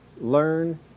learn